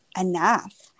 enough